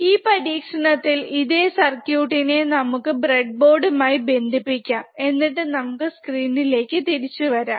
ഈ പരീക്ഷണത്തിൽ ഇതേ സർക്യൂട്ടിനെ നമുക്ക് ബ്രെഡിബോര്ഡമായി ബന്ധിപ്പികാം എന്നിട്ട് നമുക്ക് സ്ക്രീൻലേക്ക് തിരിച്ചു വരാം